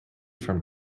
from